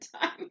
time